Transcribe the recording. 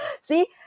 See